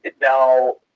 now